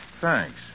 Thanks